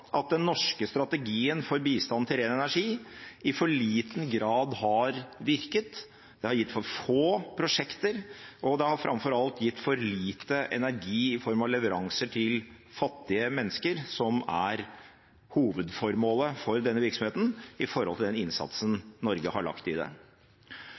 at den norske strategien for bistand til ren energi i for liten grad har virket, den har gitt for få prosjekter, og den har framfor alt gitt for lite energi, i form av leveranser til fattige mennesker, som er hovedformålet for denne virksomheten, i forhold til den innsatsen Norge har lagt i det.